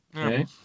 Okay